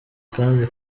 kandi